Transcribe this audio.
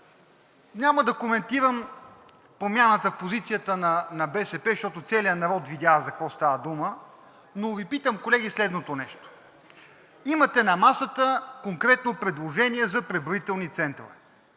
няма да коментирам промяната в позицията на БСП, защото целият народ видя за какво става дума, но Ви питам, колеги, следното нещо. Имате на масата конкретно предложение за преброителни центрове.